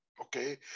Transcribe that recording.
Okay